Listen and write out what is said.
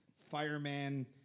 fireman